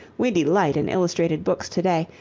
we delight in illustrated books to-day,